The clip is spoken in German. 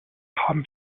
haben